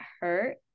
hurt